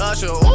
Usher